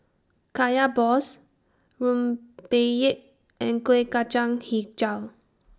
Kaya Balls Rempeyek and Kuih Kacang Hijau